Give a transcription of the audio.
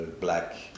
black